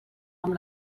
amb